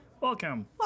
welcome